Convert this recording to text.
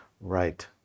right